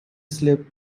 slip